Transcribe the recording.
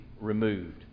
removed